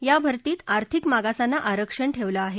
या भर्तीत आर्थिक मागासांना आरक्षण ठेवलं आहे